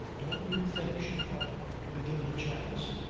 don't you think she ought to be given a chance?